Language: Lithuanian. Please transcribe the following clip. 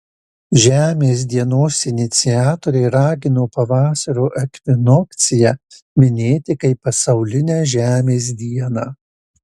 žemės dienos iniciatoriai ragino pavasario ekvinokciją minėti kaip pasaulinę žemės dieną